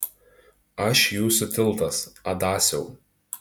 aš jūsų tiltas adasiau